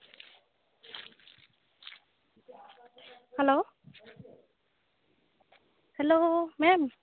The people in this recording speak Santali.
hello hello ma'am